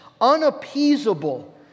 unappeasable